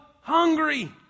hungry